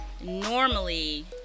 normally